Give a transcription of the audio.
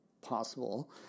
possible